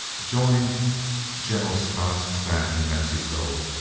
joined general scott's staff in mexico.